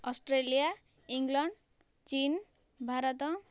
Australia England ଚୀନ ଭାରତ